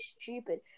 stupid